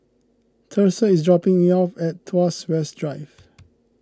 Thursa is dropping me off at Tuas West Drive